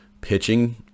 pitching